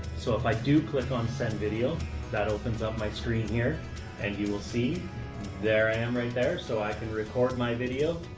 so if i do click on send video that opens up my screen here and you will see there i am right there so i can record my video,